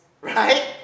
right